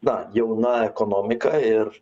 na jauna ekonomika ir